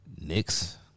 Knicks